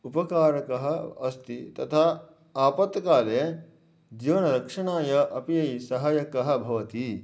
उपकारकः अस्ति तथा आपत्काले जीवनरक्षणाय अपि सहाय्यकः भवति